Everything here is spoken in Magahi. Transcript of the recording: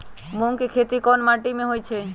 मूँग के खेती कौन मीटी मे होईछ?